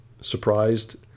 surprised